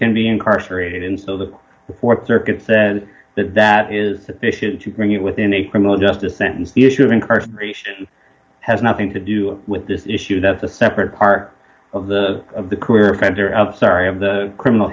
can be incarcerated and so the th circuit says that that is sufficient to bring it within a criminal justice sentence the issue of incarceration has nothing to do with this issue that's a separate part of the of the career center of sorry of the criminal